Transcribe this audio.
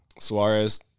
Suarez